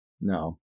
No